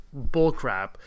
bullcrap